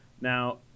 Now